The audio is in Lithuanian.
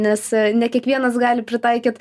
nes ne kiekvienas gali pritaikyt